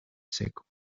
seco